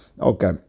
Okay